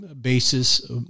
basis